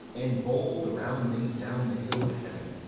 and bowl the round nave down the hill of heaven,